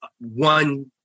one